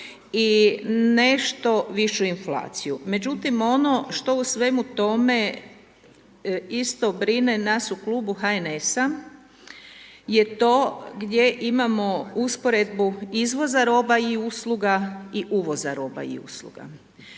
i nešto višu inflaciju. Međutim, ono što u svemu tome isto brine nas u klubu HNS-a je to gdje imamo usporedbu izvoza roba i usluga i uvoza roba usluga.